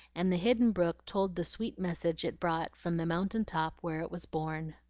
and the hidden brook told the sweet message it brought from the mountain-top where it was born.